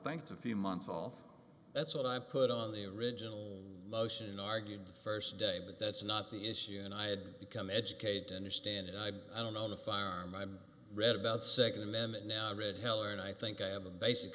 thanks a few months off that's what i put on the original motion argued the st day but that's not the issue and i had become educated to understand it i don't own a firearm i'm read about nd amendment now read heller and i think i have a basic